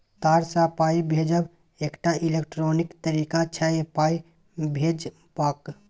तार सँ पाइ भेजब एकटा इलेक्ट्रॉनिक तरीका छै पाइ भेजबाक